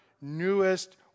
newest